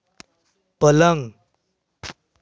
पलंग